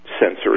sensory